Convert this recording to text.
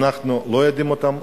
אנחנו לא מכירים אותם,